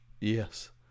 Yes